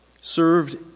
served